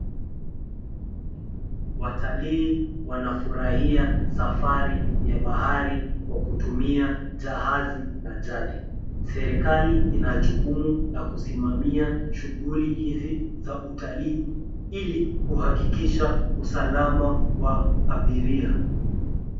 Watalii wanafurahia safari ya bahari kwa kutumia jahazi la jadi. Serikali ina jukumu la kusimamia shughuli hizi za utalii ili kuhakikisha usalama wa abiria.